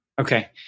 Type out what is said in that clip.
Okay